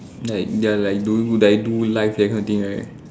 like ya like do life do life that kind of thing right